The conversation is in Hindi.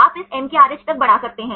आप इस MKRH तक बढ़ा सकते हैं